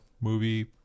movie